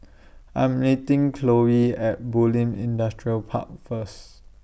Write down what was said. I'm meeting Chloe At Bulim Industrial Park First